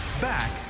back